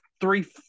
three